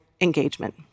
engagement